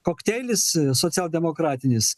kokteilis socialdemokratinis